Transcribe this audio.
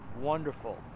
wonderful